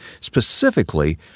specifically